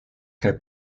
kaj